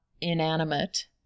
inanimate